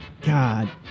God